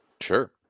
Sure